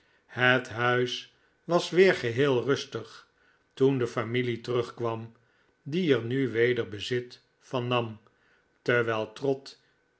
het huis was weer geheel rustig toen de familie terugkwam die er nu weder bezit van nam terwijl trott